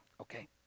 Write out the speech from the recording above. Okay